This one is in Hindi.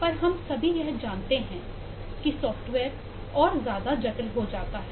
पर हम सभी यह जानते हैं कि सॉफ्टवेयर और ज्यादा जटिल हो जाता है